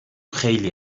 خیلی